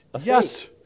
Yes